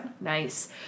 Nice